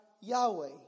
Yahweh